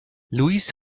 luis